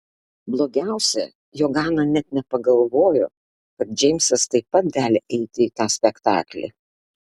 blogiausia jog ana net nepagalvojo kad džeimsas taip pat gali eiti į tą spektaklį